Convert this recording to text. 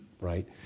right